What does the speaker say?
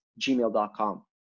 gmail.com